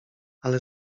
ale